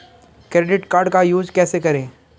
Credit card का use कैसे करें?